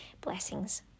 Blessings